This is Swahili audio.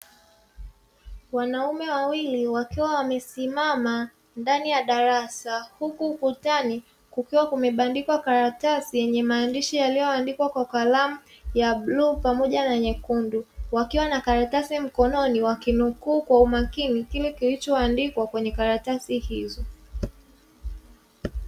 Wanaume wawili wakiwa wamesimama ndani ya darasa, huku ukutani kukiwa kumebandikwa karatasi yenye maandishi yaliyoandikwa kwa kalamu ya bluu na nyekundu. Wakiwa na karatasi mikononi, wakinukuu kwa umakini kile kilichoandikwa kwenye karatasi hizo.